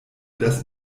das